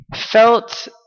felt